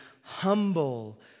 humble